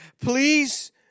please